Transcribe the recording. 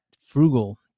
frugal